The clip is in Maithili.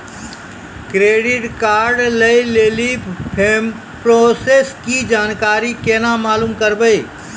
क्रेडिट कार्ड लय लेली प्रोसेस के जानकारी केना मालूम करबै?